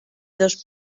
dos